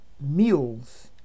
mules